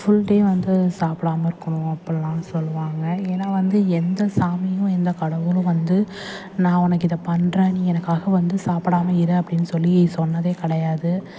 full day வந்து சாப்பிடாம இருக்கணும் அப்புடில்லாம் சொல்வாங்க ஏன்னா வந்து எந்த சாமியும் எந்த கடவுளும் வந்து நான் உனக்கு இதை பண்ணுறேன் நீ எனக்காக வந்து சாப்பிடாம இரு அப்படின்னு சொல்லி சொன்னதே கிடையாது